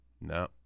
No